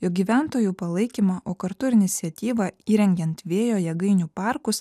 jog gyventojų palaikymą o kartu ir iniciatyvą įrengiant vėjo jėgainių parkus